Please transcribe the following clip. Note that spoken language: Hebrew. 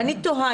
ואני תוהה,